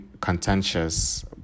contentious